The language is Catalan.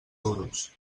duros